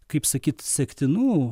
kaip sakyti sektinų